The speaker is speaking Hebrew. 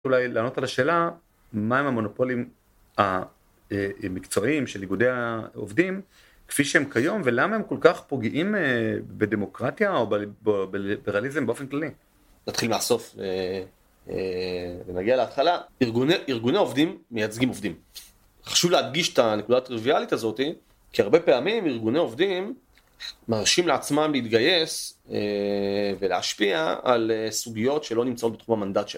אולי לענות על השאלה, מהם המונופולים המקצועיים של איגודי העובדים כפי שהם כיום, ולמה הם כל כך פוגעים בדמוקרטיה או בליברליזם באופן כללי? נתחיל מהסוף, ונגיע להתחלה. ארגוני עובדים מייצגים עובדים. חשוב להדגיש את הנקודה הטריוויאלית הזאתי, כי הרבה פעמים ארגוני עובדים מרשים לעצמם להתגייס ולהשפיע על סוגיות שלא נמצאות בתחום המנדט שלהם.